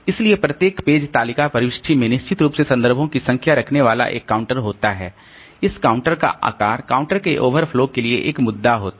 इसलिए प्रत्येक पेज तालिका प्रविष्टि में निश्चित रूप से संदर्भों की संख्या रखने वाला एक काउंटर होता है इस काउंटर का आकार काउंटर के ओवरफ्लो के लिए एक मुद्दा होता है